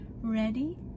Ready